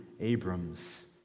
Abram's